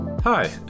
Hi